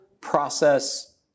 process